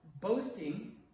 Boasting